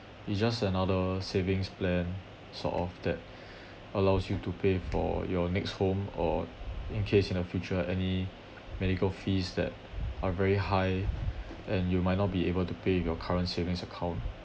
it's just another savings plan sort of that allows you to pay for your next home or in case in the future any medical fees that are very high and you might not be able to pay with your current savings account